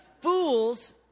fools